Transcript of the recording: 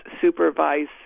supervise